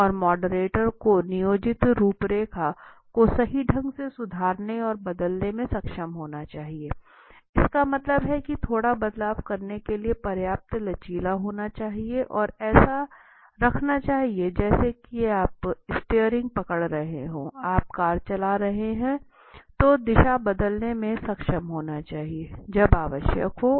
और मॉडरेटर को नियोजित रूपरेखा को सही ढंग से सुधारने और बदलने में सक्षम होना चाहिए इसका मतलब है कि थोड़ा बदलाव करने के लिए पर्याप्त लचीला होना चाहिए और ऐसा रखना चाहिए जैसे कि आप स्टीयरिंग पकड़ रहे हैं आप कार चला रहे हैं तो दिशा बदलने में सक्षम होने चाहिए जब आवश्यक हो